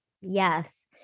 Yes